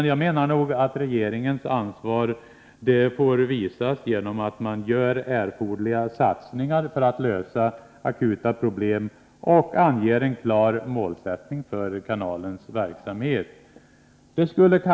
Jag menar att regeringens ansvar får visas genom att man gör erforderliga satsningar för att lösa akuta problem och anger en klar målsättning för kanalens verksamhet.